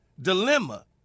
dilemma